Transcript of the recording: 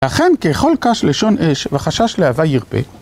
לכן כאכל קש לשון אש וחשש להבה ירפה